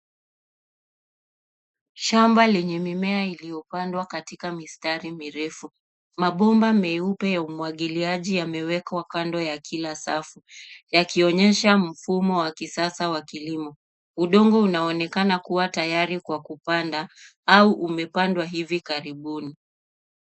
Shamba lenye mimea iliyopandwa katika mistari mirefu. Mabomba meupe ya umwagiliaji yamewekwa kando ya kila safu, yakionyesha mfumo wa kisasa wa kilimo. Udongo unaonekana kuwa tayari kwa kupanda, au umepandwa hivi karibuni.